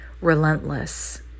relentless